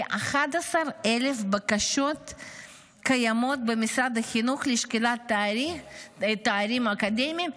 כ-11,000 בקשות קיימות במשרד החינוך לשקילת תארים אקדמיים,